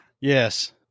Yes